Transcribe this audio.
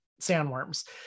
sandworms